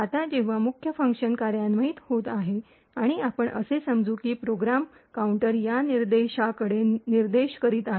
आता जेव्हा मुख्य फंक्शन कार्यान्वित होत आहे आणि आपण असे समजू की प्रोग्राम काउंटर या निर्देशाकडे निर्देश करीत आहे